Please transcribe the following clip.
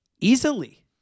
easily